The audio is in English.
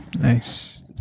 Nice